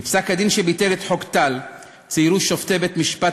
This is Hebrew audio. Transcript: בפסק-הדין שביטל את חוק טל ציירו שופטי בית-המשפט